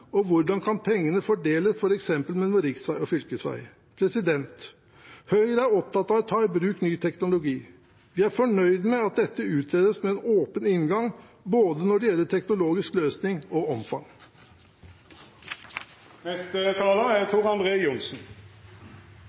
og hvordan kan pengene fordeles f.eks. mellom riksveier og fylkesveier? Høyre er opptatt av å ta i bruk ny teknologi. Vi er fornøyd med at dette utredes med en åpen inngang, både når det gjelder teknologisk løsning og